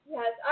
Yes